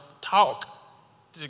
talk